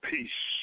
Peace